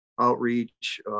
outreach